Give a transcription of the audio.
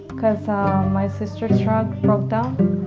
cause ah my sister's truck broke down.